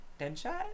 Deadshot